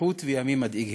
מתיחות וימים מדאיגים.